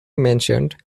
mentioned